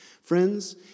Friends